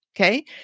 okay